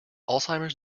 alzheimer’s